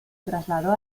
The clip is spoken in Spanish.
trasladó